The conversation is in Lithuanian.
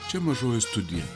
čia mažoji studija